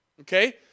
Okay